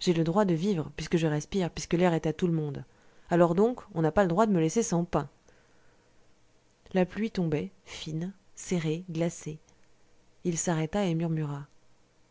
j'ai le droit de vivre puisque je respire puisque l'air est à tout le monde alors donc on n'a pas le droit de me laisser sans pain la pluie tombait fine serrée glacée il s'arrêta et murmura